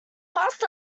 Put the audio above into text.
fast